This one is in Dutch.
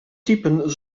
typen